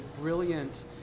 brilliant